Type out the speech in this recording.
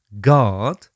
God